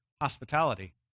hospitality